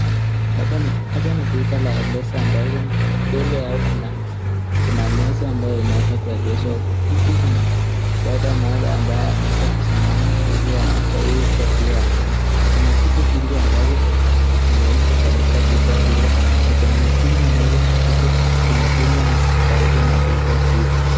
Hapa ni duka la m-pesa ambayo mbele yao kuna kuna meza ambayo imeweza kuegezwa huku. Huku kuna dada moja ambaye ameweza kusimama mbele ya duka hii huku akiwa anaona. Kuna vitu vingi ambazo vimeuzwa katika duka hilo na kuna majumba ambazo viko zimefungwa na ziko karibu na duka hiyo.